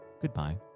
goodbye